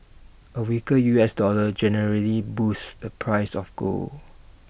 A weaker U S dollar generally boosts the price of gold